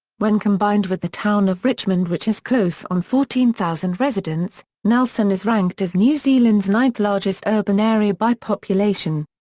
when combined with the town of richmond which has close on fourteen thousand residents, nelson is ranked as new zealand's ninth largest urban area by population.